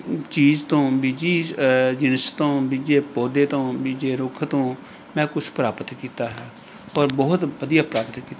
ਚੀਜ਼ ਤੋਂ ਬੀਜ਼ੀ ਚੀਜ਼ ਤੋਂ ਬੀਜ਼ੇ ਪੌਦੇ ਤੋਂ ਬੀਜ਼ੇ ਰੁੱਖ ਤੋਂ ਮੈਂ ਕੁਛ ਪ੍ਰਾਪਤ ਕੀਤਾ ਹੈ ਪਰ ਬਹੁਤ ਵਧੀਆ ਪ੍ਰਾਪਤ ਕੀਤਾ